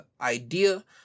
idea